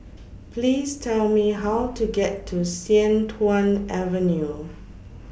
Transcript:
Please Tell Me How to get to Sian Tuan Avenue